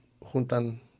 juntan